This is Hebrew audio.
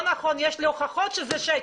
לא נכון, יש לי הוכחות שזה שקר.